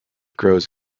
grows